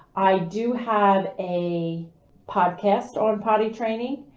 i do have a podcast on potty training,